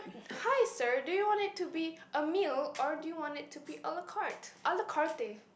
hi sir do you want it to be a meal or do you want it to be ala-carte ala-carte